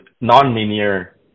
non-linear